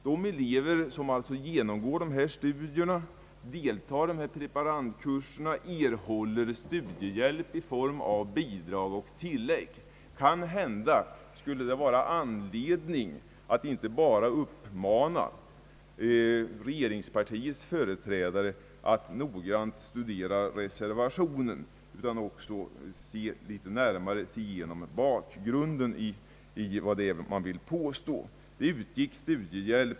Dessa studerande hade studiehjälp i form av bidrag och tillägg. Kanhända skulle det vara anledning att inte bara uppmana regeringspartiets företrädare att noggrant studera reservationen utan också att litet närmare tänka igenom bakgrunden till det man yttrar sig om.